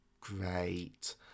great